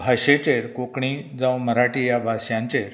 भाशेचेर कोंकणी जावं मराठी ह्या भाशांचेर